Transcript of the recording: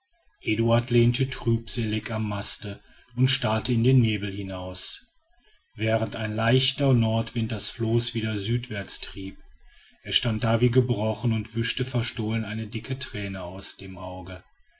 eduard lehnte trübselig am maste und starrte in den nebel hinaus während ein leichter nordwind das floß wieder südwärts trieb er stand da wie gebrochen und wischte verstohlen eine dicke thräne aus dem auge